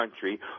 country